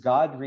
God